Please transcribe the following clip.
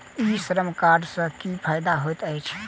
ई श्रम कार्ड सँ की फायदा होइत अछि?